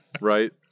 Right